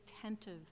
attentive